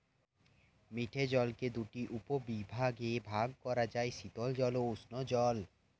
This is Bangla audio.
মিঠে জলকে দুটি উপবিভাগে ভাগ করা যায়, শীতল জল ও উষ্ঞ জল